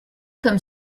comme